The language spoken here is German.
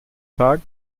tag